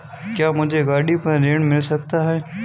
क्या मुझे गाड़ी पर ऋण मिल सकता है?